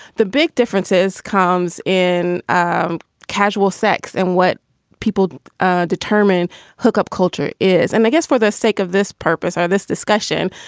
the big differences comes in um casual sex and what people ah determine hookup culture is and i guess for the sake of this purpose of this discussion,